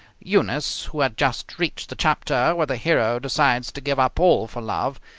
eunice, who had just reached the chapter where the hero decides to give up all for love,